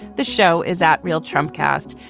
the show is at real trump cast.